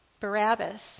Barabbas